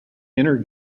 inner